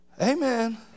Amen